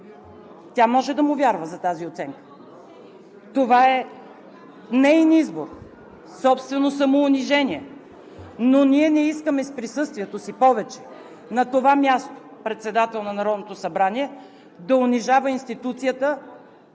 Тя може да му вярва за тази оценка. Това е неин избор, собствено самоунижение, но ние не искаме с присъствието си повече, на това място – председател на Народното събрание, да унижава институцията